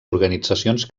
organitzacions